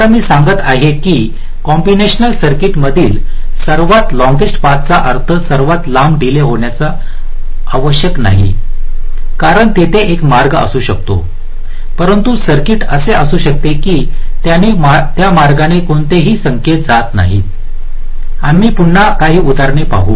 आता मी सांगत आहे की कंम्बिनेशनल सर्किट मधील सर्वात लॉंगेस्ट पाथचा अर्थ सर्वात लांब डीले होण्याची आवश्यकता नाही कारण तेथे एक मार्ग असू शकतो परंतु सर्किट असे असू शकते की त्या मार्गाने कोणतेही संकेत जात नाहीत आम्ही पुन्हा काही उदाहरणे पाहू